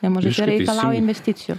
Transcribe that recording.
nemažai reikalauja investicijų